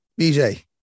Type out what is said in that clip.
BJ